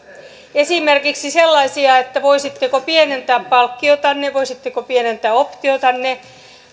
esimerkiksi sellaisia että voisitteko pienentää palkkiotanne voisitteko pienentää optiotanne